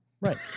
Right